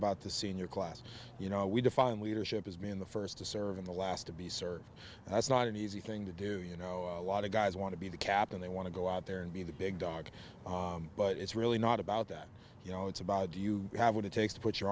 about the senior class you know we define leadership has been the st to serve in the last to be served that's not an easy thing to do you know a lot of guys want to be the captain they want to go out there and be the big dog but it's really not about that you know it's about do you have what it takes to put your